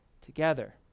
together